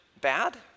bad